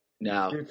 Now